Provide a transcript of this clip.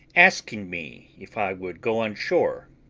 asking me if i would go on shore,